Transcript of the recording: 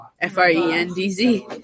F-R-E-N-D-Z